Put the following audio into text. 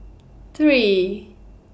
three